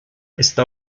está